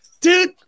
dude